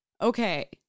okay